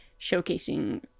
showcasing